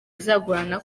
bizagorana